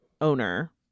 owner